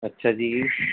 ਅੱਛਾ ਜੀ